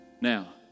Now